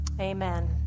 Amen